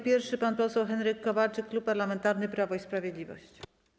Pierwszy pan poseł Henryk Kowalczyk, Klub Parlamentarny Prawo i Sprawiedliwość.